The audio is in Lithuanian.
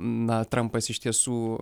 na trampas iš tiesų